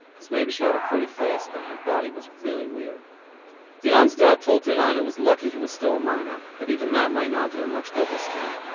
cause maybe she had a pretty face but her body was really weird tiran's dad told tiran it was lucky he was still a minor, but even that might not do him much good this time,